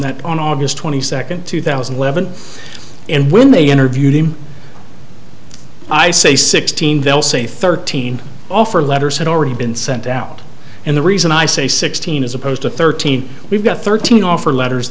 that on august twenty second two thousand and eleven and when they interviewed him i say sixteen they'll say thirteen offer letters had already been sent out and the reason i say sixteen as opposed to thirteen we've got thirteen offer letters